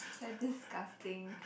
you're disgusting